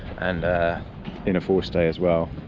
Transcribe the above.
and inner forestay as well,